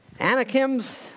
Anakims